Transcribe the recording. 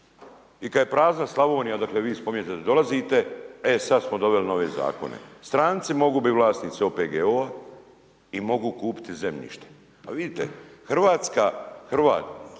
i kad je prazna Slavonija odakle vi spominjete da dolazite, e sad smo doveli nove zakone. Stranci mogu biti vlasnici OPG-ova i mogu kupiti zemljište. A vidite, Hrvatska, Hrvat,